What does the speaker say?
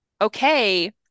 okay